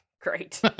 great